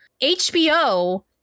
HBO